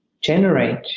generate